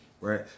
right